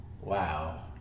wow